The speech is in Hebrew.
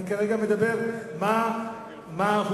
אני כרגע מדבר על מה הוגדר.